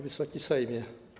Wysoki Sejmie!